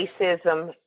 racism